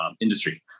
industry